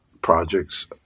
projects